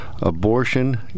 Abortion